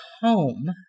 home